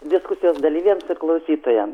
diskusijos dalyviams ir klausytojams